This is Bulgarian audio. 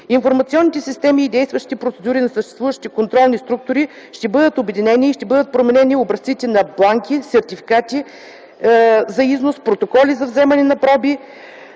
Информационните системи и действащите процедури на съществуващите контролни структури ще бъдат обединени и ще бъдат променени образците на бланки, сертификати за износ, протоколи за вземане на проби,